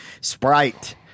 Sprite